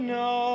no